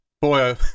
boy